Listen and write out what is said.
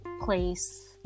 place